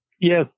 Yes